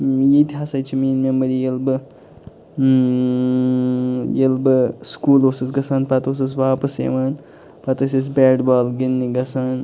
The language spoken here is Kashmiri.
ییٚتہِ ہسا چھِ میٲنۍ میموری ییٚلہِ بہٕ ییٚلہِ بہٕ سکوٗل اوسُس گژھان پَتہٕ اوسُس واپَس یِوان پَتہٕ ٲسۍ أسۍ بیٹ بال گِنٛدنہِ گژھان